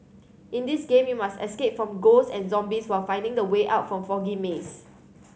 in this game you must escape from ghost and zombies while finding the way out from the foggy maze